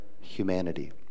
humanity